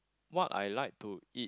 what I like to eat